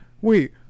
Wait